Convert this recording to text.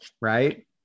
Right